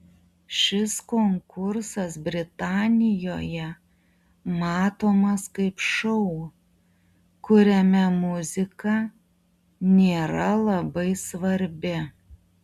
šis konkursas britanijoje matomas kaip šou kuriame muzika nėra labai svarbi